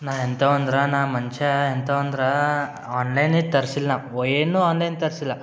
ನಾನು ಎಂಥವಂದ್ರೆ ನಾನು ಮನುಷ್ಯ ಎಂಥವಂದ್ರೆ ಆನ್ಲೈನೇ ತರಿಸಿಲ್ಲ ವ ಏನೂ ಆನ್ಲೈನ್ ತರಿಸಿಲ್ಲ